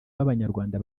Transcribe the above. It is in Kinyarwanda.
b’abanyarwanda